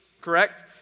Correct